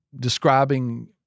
describing